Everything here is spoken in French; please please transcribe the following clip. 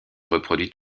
reproduit